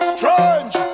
Strange